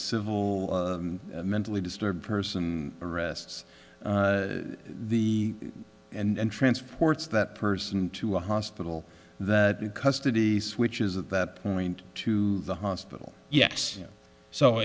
civil mentally disturbed person arrests the and transports that person to a hospital the custody switches at that point to the hospital yes so